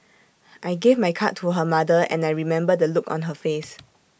I gave my card to her mother and I remember the look on her face